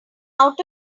out